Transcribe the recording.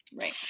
right